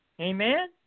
Amen